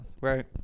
right